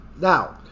Now